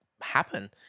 happen